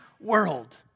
world